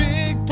Big